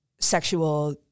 sexual